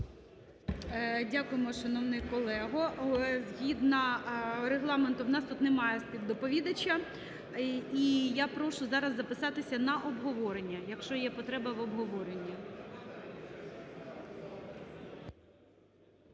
Дякуємо. Шановний колего, згідно Регламенту у нас тут немає співдоповідача, і я прошу зараз записатися на обговорення, якщо є потреба в обговоренні.